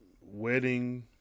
wedding